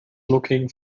looking